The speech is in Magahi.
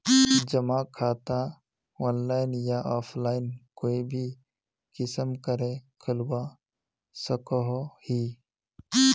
जमा खाता ऑनलाइन या ऑफलाइन कोई भी किसम करे खोलवा सकोहो ही?